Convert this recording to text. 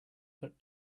but